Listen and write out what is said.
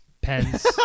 pens